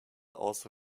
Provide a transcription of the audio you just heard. also